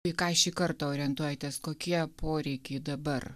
į ką šį kartą orientuojatės kokie poreikiai dabar